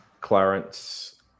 Clarence